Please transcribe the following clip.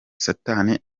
satani